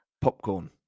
Popcorn